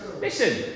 listen